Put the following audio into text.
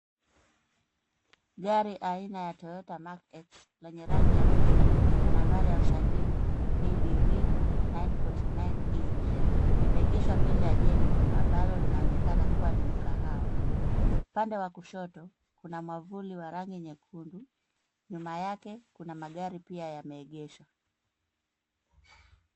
Gari aina ya Toyota Mark-X lenye rangi ya fedha na nambari ya usajili KBV 949E. Imeegeshwa mbele ya jengo ambalo linaonekana kuwa ni mkahawa. Pande wa kushoto kuna mwavuli wa rangi nyekundu. Nyuma yake kuna magari pia yameegeshwa.